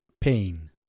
pain